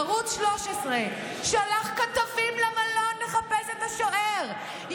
ערוץ 13 שלח כתבים למלון לחפש את השוער,